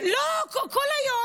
כל היום,